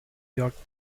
york